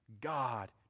God